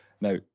Now